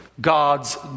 God's